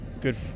good